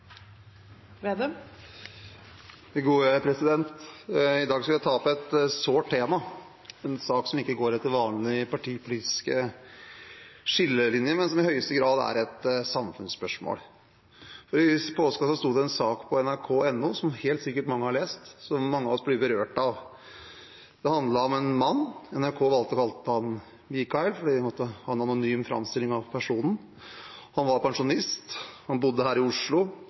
sak som ikke går etter vanlige partipolitiske skillelinjer, men som i høyeste grad er et samfunnsspørsmål. I påska sto det en sak på nrk.no som helt sikkert mange har lest, og som mange av oss blir berørt av. Den handlet om en mann, NRK valgte å kalle ham Michael fordi de måtte ha en anonym framstilling av personen. Han var pensjonist, han bodde her i Oslo